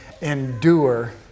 endure